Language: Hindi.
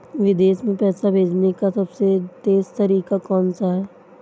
विदेश में पैसा भेजने का सबसे तेज़ तरीका कौनसा है?